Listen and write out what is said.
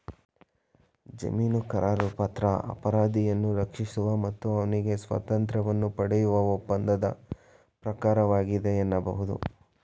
ಜಾಮೀನುಕರಾರುಪತ್ರ ಅಪರಾಧಿಯನ್ನ ರಕ್ಷಿಸುವ ಮತ್ತು ಅವ್ನಿಗೆ ಸ್ವಾತಂತ್ರ್ಯವನ್ನ ಪಡೆಯುವ ಒಪ್ಪಂದದ ಪ್ರಕಾರವಾಗಿದೆ ಎನ್ನಬಹುದು